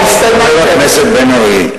חבר הכנסת בן-ארי,